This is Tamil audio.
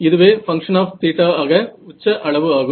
இதுவே பங்க்ஷன் ஆப் ஆக உச்ச அளவு ஆகும்